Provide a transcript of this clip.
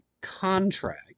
contract